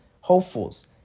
hopefuls